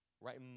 right